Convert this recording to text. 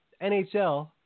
NHL